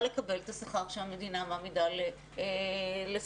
לקבל את השכר שהמדינה מעמידה לגננות,